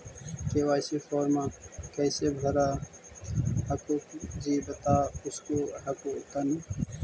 KYC फॉर्मा कैसे भरा हको जी बता उसको हको तानी?